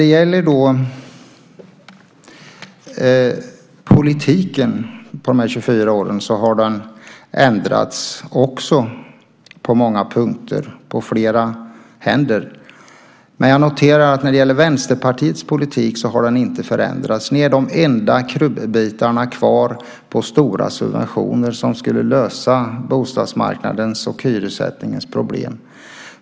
Politiken har också ändrats på många punkter under de här 24 åren. Jag noterar att Vänsterpartiets politik inte har förändrats. Ni är de enda krubbitarna kvar på stora subventioner som skulle lösa bostadsmarknadens och hyressättningens problem.